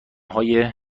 های